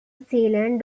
zealand